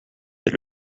est